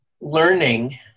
learning